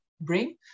bring